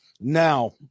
Now